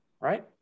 right